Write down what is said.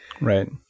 Right